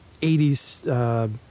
80s